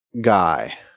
guy